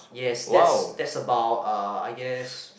yes that's that's about uh I guess